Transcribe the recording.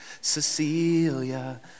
Cecilia